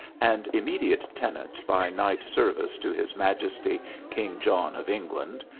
and immediate tenant by knight-service to his majesty king john of england,